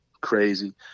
crazy